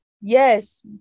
yes